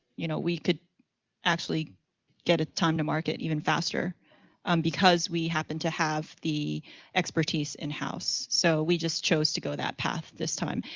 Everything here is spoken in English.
you know, we could actually get a time to market even faster because we happen to have the expertise in-house. so we just chose to go that path this time.